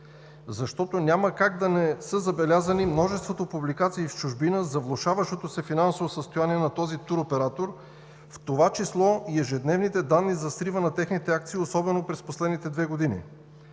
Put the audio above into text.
Защото няма как да не са забелязани множеството публикации в чужбина за влошаващото се финансово състояние на този туроператор, в това число и ежедневните данни за срива на техните акции, особено през последните две години.